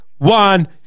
One